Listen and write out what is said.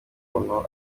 kuntu